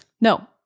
No